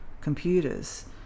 computers